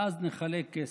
ואז נחלק כסף.